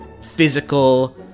physical